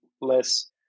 less